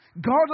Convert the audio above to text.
God